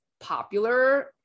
popular